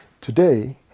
Today